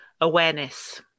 awareness